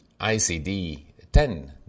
ICD-10